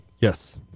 Yes